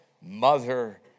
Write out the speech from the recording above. mother